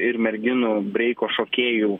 ir merginų breiko šokėjų